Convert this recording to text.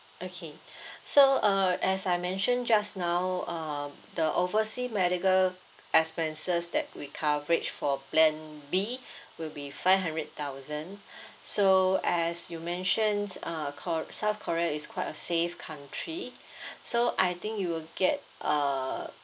okay so uh as I mentioned just now um the overseas medical expenses that we coverage for plan B will be five hundred thousand so as you mentioned uh kor~ south korea is quite a safe country so I think you will get uh